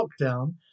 lockdown